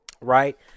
right